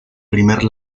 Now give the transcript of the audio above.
primer